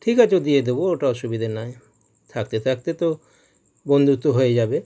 ঠিক আছে দিয়ে দেবো ওটা অসুবিধের নয় থাকতে থাকতে তো বন্ধুত্ব হয়ে যাবে